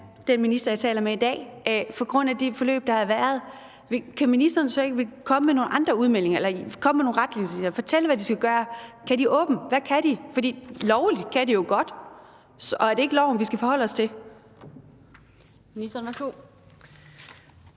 den minister, jeg taler med i dag, og på grund af det forløb, der har været, kan ministeren så ikke komme nogle andre udmeldinger eller komme med nogle retningslinjer og fortælle, hvad de skal gøre? Kan de åbne? Hvad kan de? For lovligt kan de jo godt, og er det ikke loven, vi skal forholde os til? Kl. 16:23 Den fg.